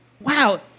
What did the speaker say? Wow